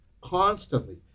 constantly